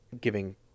giving